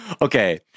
Okay